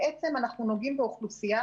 אנחנו נוגעים באוכלוסייה